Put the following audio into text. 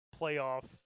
playoff